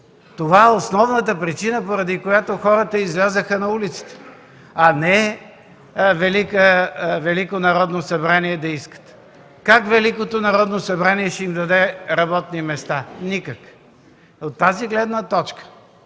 Това е основната причина, поради която хората излязоха на улицата, а не да искат Велико народно събрание. Как Великото народно събрание ще им даде работни места? Никак! От тази гледна точка,